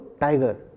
tiger